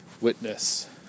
Witness